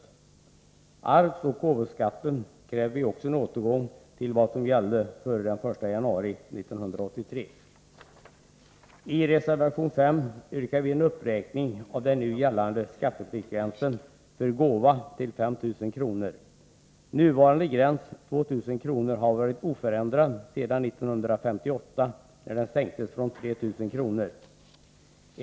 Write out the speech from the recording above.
Också för arvsoch gåvoskatten kräver vi en återgång till vad som gällde före den 1 januari 1983. I reservation nr 5 yrkar vi på en uppräkning av den nu gällande skattepliktsgränsen för gåva till 5 000 kr. Nuvarande gräns, 2 000 kr., har varit oförändrad sedan 1958, när den sänktes från 3 000 kr.